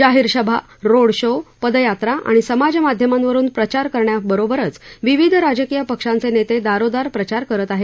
जाहीर सभा road show पदयात्रा आणि सामाजमाध्यमांवरुन प्रचार करण्याबरोबरच विविध राजकीय पक्षांचे नेते दारोदार प्रचार करत आहेत